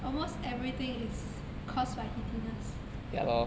almost everything is caused by heatiness